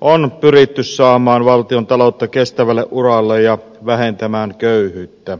on pyritty saamaan valtiontaloutta kestävälle uralle ja vähentämään köyhyyttä